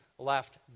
left